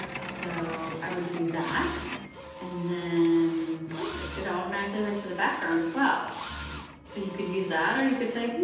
so i would do that and then it automatically went to the background as well so you could use that or you could say